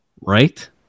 Right